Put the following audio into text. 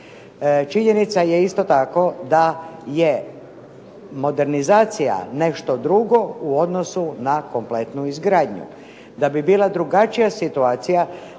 Činjenica je isto tako da je modernizacija nešto drugo u odnosu na kompletnu izgradnju. Da bi bila drugačija situacija